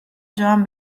joan